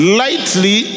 lightly